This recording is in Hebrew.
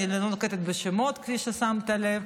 אני לא נוקבת בשמות, כפי ששמת לב.